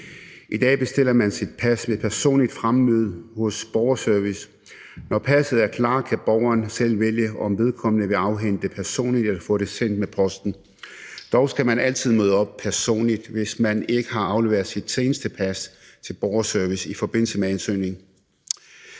I dag bestiller man sit pas ved personligt fremmøde hos borgerservice. Når passet klar, kan borgeren selv vælge, om vedkommende vil afhente det personligt eller få det sendt med posten. Dog skal man altid personligt møde op, hvis man ikke har afleveret sit seneste pas til borgerservice i forbindelse med ansøgningen.